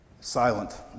Silent